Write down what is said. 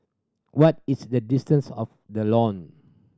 what is the distance of The Lawn